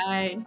Bye